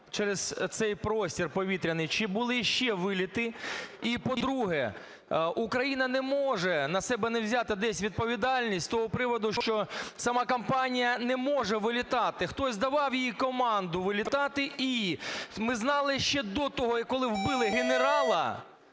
через цей простір повітряний, чи були ще вильоти? І, по-друге. Україна не може на себе не взяти десь відповідальність з того приводу, що сама компанія не може вилітати, хтось давав їй команду вилітати. І ми знали ще до того, коли вбили генерала,